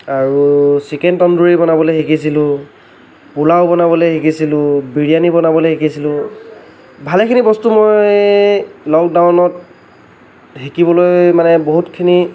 আৰু চিকেন টন্দুৰী বনাবলৈ শিকিছিলোঁ পোলাও বনাবলৈ শিকিছিলোঁ বিৰিয়ানী বনাবলৈ শিকিছিলোঁ ভালেখিনি বস্তু মই লকডাউনত শিকিবলৈ মানে বহুতখিনি